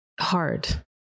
hard